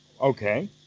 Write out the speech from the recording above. Okay